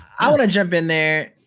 i wanna jump in there.